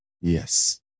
Yes